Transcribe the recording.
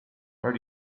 where